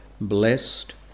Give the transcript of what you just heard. blessed